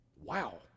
Wow